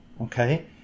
okay